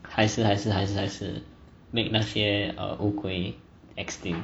还是还是还是还是 make 那些乌龟 extinct